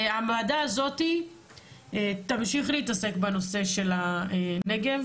הוועדה הזאת תמשיך להתעסק בנושא של הנגב,